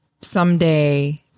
someday